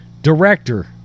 director